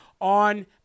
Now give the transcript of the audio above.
on